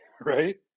right